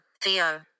Theo